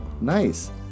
Nice